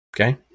Okay